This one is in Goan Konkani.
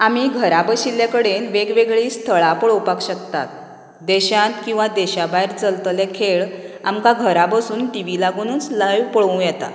आमी घरा बशिल्ले कडेन वेगवेगळी स्थळां पळोवपाक शकतात देशांत किंवां देशा भायर चलतले खेळ आमकां घरा बसून टिवी लागुनूच लायव पळोवं येतात